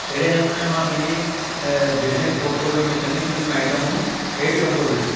ड़े नमूने मां पंहिंजे बिज़नेस पोर्टफोलियो में चङियूं चंङियूं आइटमूं ऐड कंदो वियुसि